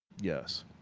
Yes